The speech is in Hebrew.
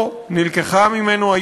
נלקחה ממנו חירותו,